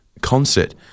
concert